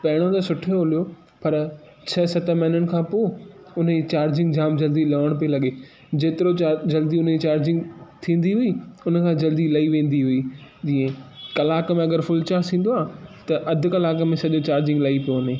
पहिरियों त सुठो हलियो पर छह सत महीननि खां पोइ उनई चार्जिंग जाम जल्दी लहण पई लॻे जेतिरो जल्दी हुनई चार्जिंग थींदी हुई हुनखां जल्दी लही वेंदी हुई जीअं कलाकु में अगरि फुल चार्ज थींदो आहे त अधि कलाकु में सॼो चार्जिंग लही पियो वञे